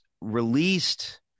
released